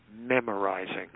memorizing